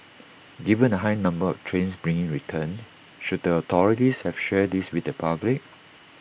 given the high number of trains being returned should the authorities have shared this with the public